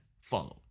follow